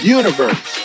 universe